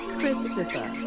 Christopher